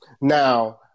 Now